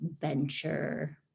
venture